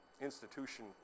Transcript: institution